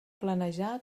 planejar